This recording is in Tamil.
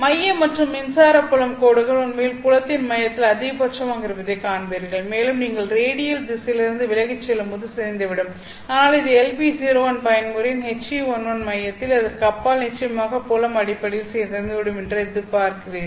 மைய மற்றும் மின்சார புலம் கோடுகள் உண்மையில் புலத்தின் மையத்தில் அதிகபட்சமாக இருப்பதைக் காண்பீர்கள் மேலும் நீங்கள் ரேடியல் திசையிலிருந்து விலகிச் செல்லும்போது சிதைந்துவிடும் ஆனால் இது LP01 பயன்முறையின் HE11 இன் மையத்தில் அதற்கு அப்பால் நிச்சயமாக புலம் அடிப்படையில் சிதைந்துவிடும் என்று எதிர்பார்க்கிறீர்கள்